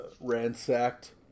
ransacked